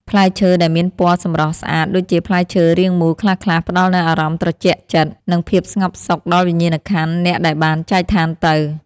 ផ្លែឈើដែលមានពណ៌សស្រស់ស្អាតដូចជាផ្លែឈើរាងមូលខ្លះៗផ្តល់នូវអារម្មណ៍ត្រជាក់ចិត្ត និង ភាពស្ងប់សុខដល់វិញ្ញាណក្ខន្ធអ្នកដែលបានចែកឋានទៅ។